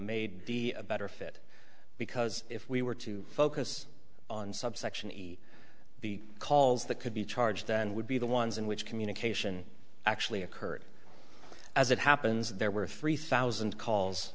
made be a better fit because if we were to focus on subsection the calls that could be charged than would be the ones in which communication actually occurred as it happens there were three thousand calls